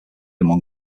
among